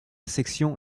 section